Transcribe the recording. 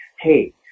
hey